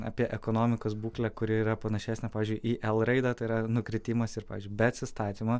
apie ekonomikos būklę kuri yra panašesnė pavyzdžiui į l raidę tai yra nukritimas ir pavyzdžiui be atsistatymo